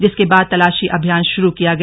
जिसके बाद तलाशी अभियान शुरू किया गया